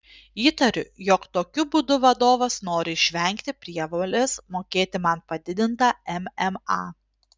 įtariu jog tokiu būdu vadovas nori išvengti prievolės mokėti man padidintą mma